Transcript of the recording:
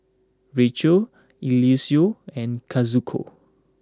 Rachelle Eliseo and Kazuko